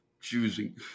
choosing